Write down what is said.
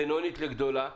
בינונית לגדולה,